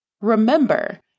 Remember